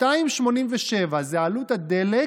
2.87 זה עלות הדלק,